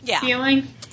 feeling